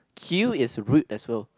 cute is rude as well